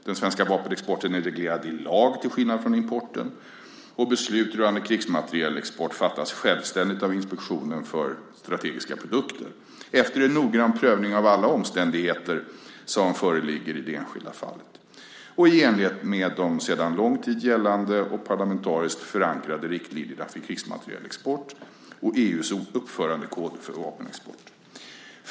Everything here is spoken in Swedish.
Den svenska vapenexporten är reglerad i lag till skillnad från importen, och beslut rörande krigsmaterielexport fattas självständigt av Inspektionen för strategiska produkter efter noggrann prövning av alla omständigheter som föreligger i det enskilda fallet och i enlighet med de sedan lång tid gällande och parlamentariskt förankrade riktlinjerna för krigsmaterielexport samt EU:s uppförandekoder för vapenexport.